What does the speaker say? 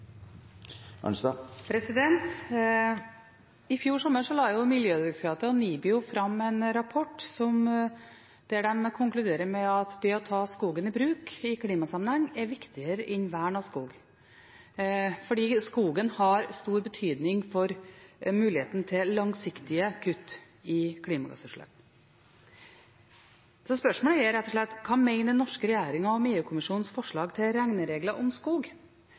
osv. I fjor sommer la Miljødirektoratet og NIBIO fram en rapport der de konkluderer med at det å ta skogen i bruk i klimasammenheng er viktigere enn vern av skog, fordi skogen har stor betydning for muligheten til langsiktige kutt i klimagassutslipp. Spørsmålet er rett og slett: Hva mener den norske regjeringen om EU-kommisjonens forslag til regneregler for skog?